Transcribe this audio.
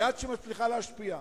יד שמצליחה להשפיע.